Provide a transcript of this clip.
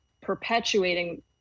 perpetuating